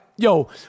Yo